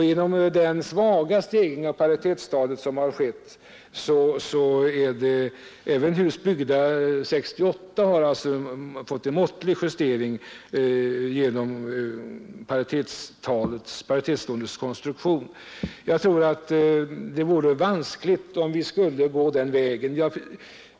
Genom den svaga stegringen av paritetstalet har även hus byggda 1968 fått en måttlig justering genom paritetslånens konstruktion. Jag tror det vore vanskligt att gå räntevägen.